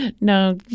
No